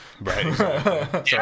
Right